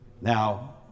Now